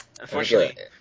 Unfortunately